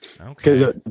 Okay